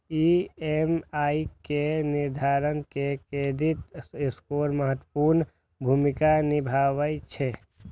EMI केर निर्धारण मे क्रेडिट स्कोर महत्वपूर्ण भूमिका निभाबै छै